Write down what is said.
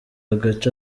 agace